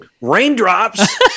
Raindrops